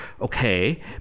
Okay